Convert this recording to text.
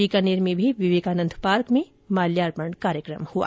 बीकानेर में भी विवेकानंद पार्क में माल्यार्पण कार्यक्रम हआ